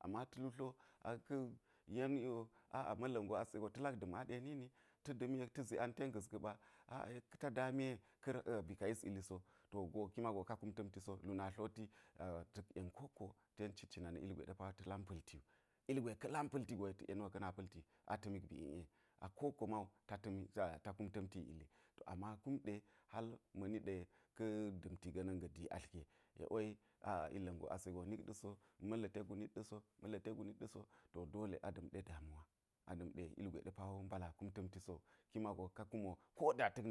Ama ta̱ lu tlo a ka̱ yeni wo ma̱lla̱n go ase go ta̱ lak da̱m a ɗe nini ta̱ da̱mi yek ta̱ zi ang ten ga̱z ga̱ɓa a a yek ta̱ da̱mi ba̱ ka yis ili so to go ki mago ka kum ta̱mti so lu na tloti ta̱k yen ko wokko ten cit cina na̱ pa̱lti ilgwe ɗe ta̱ lam pa̱lti wu ilgwe ka̱ lam pa̱lti go ta̱k yeni wo pa̱lti a tamik bi iˈe a ko wokko ma wu ta kum ta̱mti ga̱ ili to ama kum ɗe hal ma̱ ni ɗe ka̱ da̱mti ga̱ na̱n ga̱ dii atl ge, yek we a a nilla̱n go ma̱lla̱n nit ɗa̱ so ma̱lla̱n ga̱ tek gu nit ɗa̱ so ma̱lla̱ tek gu nit ɗa so, to dole a da̱m ɗe damuwa a da̱m ɗe ilgwe ɗe pa wo mbala̱n a kum ta̱mti sowu ki mago ka kume ko da ta̱k